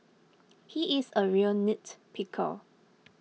he is a real nitpicker